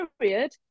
period